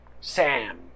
Sam